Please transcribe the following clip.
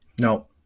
No